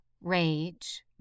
rage